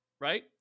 right